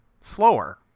Slower